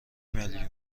میلیون